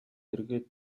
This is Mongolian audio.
эргээд